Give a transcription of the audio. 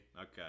Okay